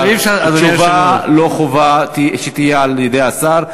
אבל אי-אפשר, תשובה, לא חובה שתהיה על-ידי השר.